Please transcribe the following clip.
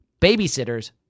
babysitters